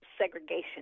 segregation